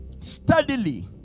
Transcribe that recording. steadily